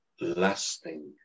Lasting